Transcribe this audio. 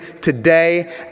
today